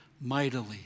mightily